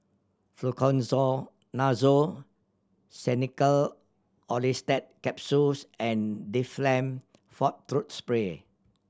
Xenical Orlistat Capsules and Difflam Forte Throat Spray